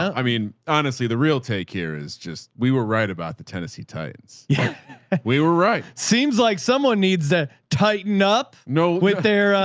i mean, honestly, the real take here is just, we were right about the tennessee titans. yeah we were right. seems like someone needs to tighten up no wit there,